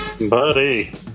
buddy